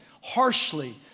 harshly